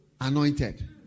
anointed